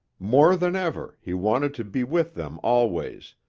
more than ever he wanted to be with them always,